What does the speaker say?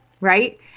right